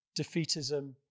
defeatism